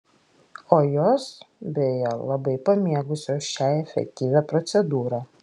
o jos beje labai pamėgusios šią efektyvią procedūrą